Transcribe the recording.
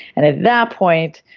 and at that point,